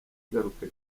igaruka